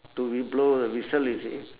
to b~ blow the whistle you see